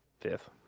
fifth